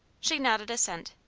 she nodded assent.